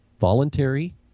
voluntary